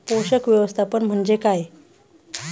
पोषक व्यवस्थापन म्हणजे काय?